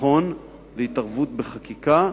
נכון להתערבות בחקיקה,